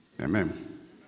Amen